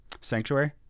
Sanctuary